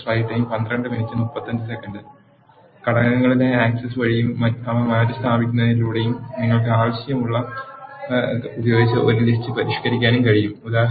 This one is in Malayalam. ഘടകങ്ങളിലെ ആക്സസ് വഴിയും അവ മാറ്റിസ്ഥാപിക്കുന്നതിലൂടെയും നിങ്ങൾക്ക് ആവശ്യമുള്ളവ ഉപയോഗിച്ച് ഒരു ലിസ്റ്റ് പരിഷ് ക്കരിക്കാനും കഴിയും